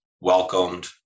welcomed